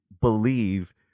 believe